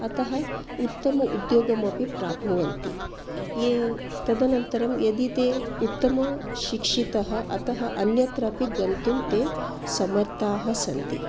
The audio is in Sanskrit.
अतः उत्तम उद्योगमपि प्राप्नुवन्ति ये तदनन्तरं यदि ते उत्तमशिक्षितः अतः अन्यत्रापि गन्तुं ते समर्थाः सन्ति